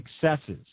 successes